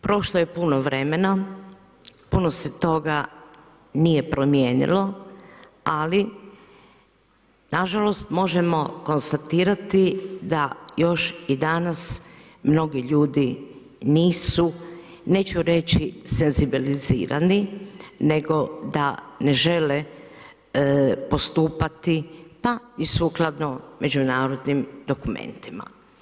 Prošlo je puno vremena, puno se toga nije promijenilo, ali nažalost možemo konstatirati da još i danas mnogi ljudi nisu, neću reći senzibilizirani nego da ne žele postupati pa i sukladno međunarodnim dokumentima.